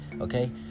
okay